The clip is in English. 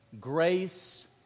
grace